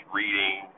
reading